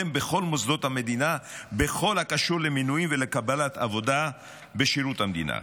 בכל מוסדות המדינה בכל הקשור למינויים ולקבלת עבודה בשירות המדינה.